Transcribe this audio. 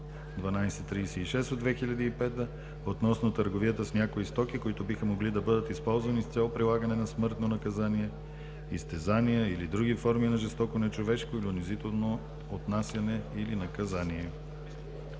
1236/2005 относно търговията с някои стоки, които биха могли да бъдат използвани с цел прилагане на смъртно наказание, изтезания или други форми на жестоко, нечовешко или унизително отнасяне или наказание.